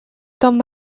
tamm